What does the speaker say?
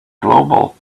global